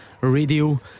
radio